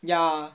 ya